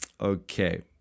Okay